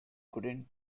couldn’t